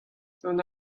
dont